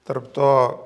tarp to